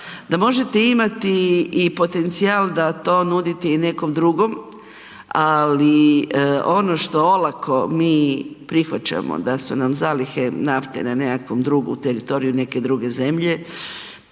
Da možete imati i potencijal da to nudite i nekom drugom, ali ono što olako mi prihvaćamo da su nam zalihe nafte na nekakvom drugom teritoriju, u teritoriju neke druge zemlje